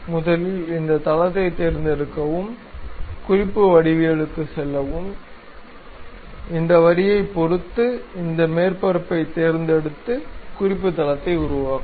முதலில் இந்த தளத்தைத் தேர்ந்தெடுக்கவும் குறிப்பு வடிவவியலுக்குச் செல்லவும் இந்த வரியைப் பொறுத்து இந்த மேற்பரப்பைத் தேர்ந்தெடுத்து குறிப்பு தளத்தை உருவாக்கவும்